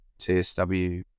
TSW